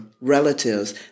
relatives